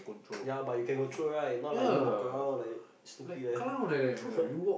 ya but you can go through right not like you walk around like stupid like that